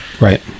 right